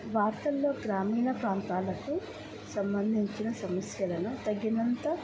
వార్తల్లో గ్రామీణ ప్రాంతాలకు సంబంధించిన సమస్యలను తగినంత